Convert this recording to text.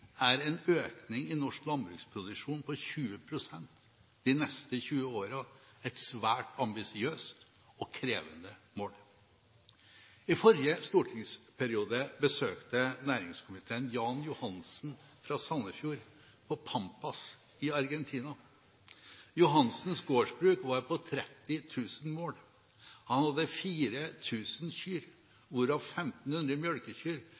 er en økning i norsk landbruksproduksjon på 20 pst. de neste 20 årene et svært ambisiøst og krevende mål. I forrige stortingsperiode besøkte næringskomiteen Jan Johansen fra Sandefjord på pampasen i Argentina. Johansens gårdsbruk var på 30 000 mål. Han hadde 4 000 kyr, hvorav 1 500 mjølkekyr,